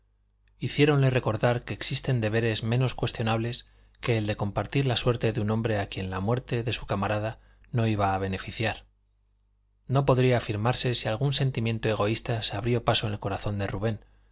hiciéronle recordar que existen deberes menos cuestionables que el de compartir la suerte de un hombre a quien la muerte de su camarada no iba a beneficiar no podría afirmarse si algún sentimiento egoísta se abrió paso en el corazón de rubén